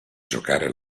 giocare